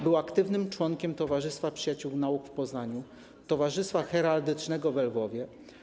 Był aktywnym członkiem Towarzystwa Przyjaciół Nauk w Poznaniu, Towarzystwa Heraldycznego we Lwowie.